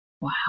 wow